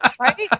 right